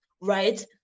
right